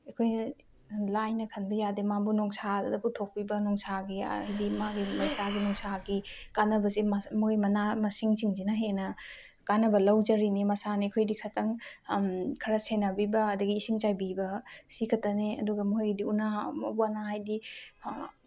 ꯑꯩꯈꯣꯏꯅ ꯂꯥꯏꯅ ꯈꯟꯕ ꯌꯥꯗꯦ ꯃꯥꯕꯨ ꯅꯨꯡꯁꯥꯗ ꯄꯨꯊꯣꯛꯄꯤꯕ ꯅꯨꯡꯁꯥꯒꯤ ꯍꯥꯏꯗꯤ ꯃꯥꯒꯤ ꯃꯩꯁꯥꯒꯤ ꯅꯨꯡꯁꯥꯒꯤ ꯀꯥꯟꯅꯕꯁꯦ ꯃꯣꯏ ꯃꯅꯥ ꯃꯁꯤꯡꯁꯤꯡꯁꯤꯅ ꯍꯦꯟꯅ ꯀꯥꯟꯅꯕ ꯂꯧꯖꯔꯤꯅꯤ ꯃꯁꯥꯅꯤ ꯑꯩꯈꯣꯏꯗꯤ ꯈꯇꯪ ꯈꯔ ꯁꯦꯟꯅꯕꯤꯕ ꯑꯗꯒꯤ ꯏꯁꯤꯡ ꯆꯥꯏꯕꯤꯕ ꯁꯤ ꯈꯇꯅꯦ ꯑꯗꯨꯒ ꯃꯈꯣꯏꯒꯤꯗꯤ ꯎꯅꯥ ꯋꯅꯥ ꯍꯥꯏꯗꯤ